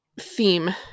theme